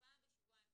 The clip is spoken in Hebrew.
פעם בשבועיים,